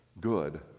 good